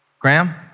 graham?